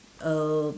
uh